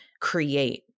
create